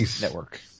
network